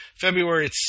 February